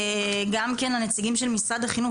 גם הנציגים של משרד החינוך,